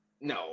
No